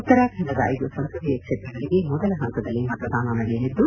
ಉತ್ತರಾಖಂಡದ ಐದು ಸಂಸದೀಯ ಕ್ಷೇತ್ರಗಳಿಗೆ ಮೊದಲ ಹಂತದಲ್ಲಿ ಮತದಾನ ನಡೆಯಲಿದ್ದು